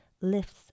lifts